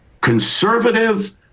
conservative